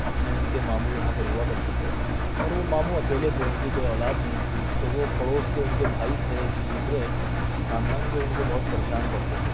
اپنے ان کے ماموں یہاں پر ہوا کرتے تھے اور وہ ماموں اکیلے تھے ان کی کوئی اولاد نہیں تھی تو وہ پڑوس کے ان کے بھائی تھے ایک دوسرے خاندان کے ان کو بہت پریشان کرتے تھے